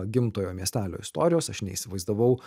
gimtojo miestelio istorijos aš neįsivaizdavau